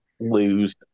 lose